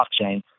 blockchain